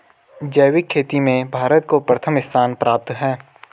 जैविक खेती में भारत को प्रथम स्थान प्राप्त है